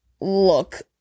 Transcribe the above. look